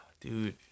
Dude